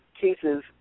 cases